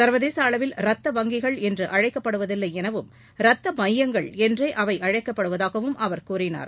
சர்வதேச அளவில் ரத்த வங்கிகள் என்று அழைக்கப்படுவதில்லை எனவும் ரத்த மையங்கள் என்றே அவை அழைக்கப்படுவதாகவும் அவர் கூறினார்